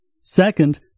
Second